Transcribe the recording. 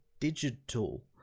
digital